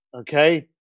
okay